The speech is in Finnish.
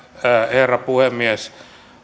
herra puhemies